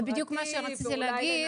זה בדיוק מה שרציתי להגיד,